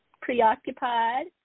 preoccupied